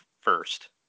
first